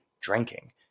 drinking